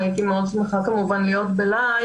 הייתי מאוד שמחה להיות בחדר הוועדה.